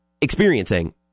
experiencing